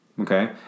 Okay